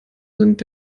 sind